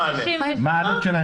שפיגלר,